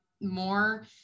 more